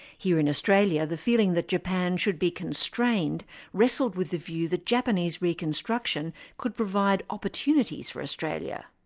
here in australia, the feeling that japan should be constrained wrestled with the view that japanese reconstruction could provide opportunities for australia.